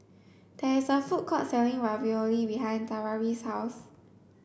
there is a food court selling Ravioli behind Tavaris' house